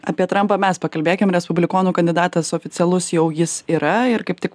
apie trampą mes pakalbėkim respublikonų kandidatas oficialus jau jis yra ir kaip tik